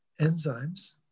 enzymes